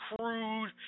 crude